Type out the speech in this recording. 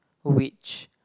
which